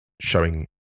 showing